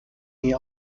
nie